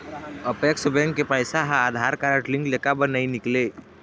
Apex bank के पैसा हा आधार कारड लिंक ले काबर नहीं निकले?